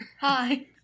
Hi